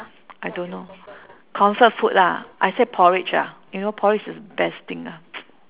I don't know comfort food lah I said porridge ah you know porridge is the best thing lah